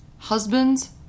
Husbands